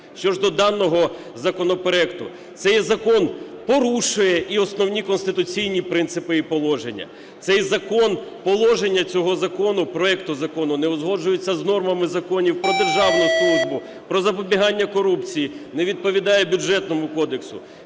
Що ж доданого законопроекту, цей закон порушує і основні конституційні принципи і положення. Цей закон, положення цього закону, проекту закону, не узгоджується з нормами законів "Про державну службу", "Про запобігання корупції", не відповідає Бюджетному кодексу.